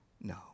no